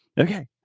okay